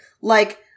Like-